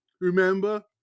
Remember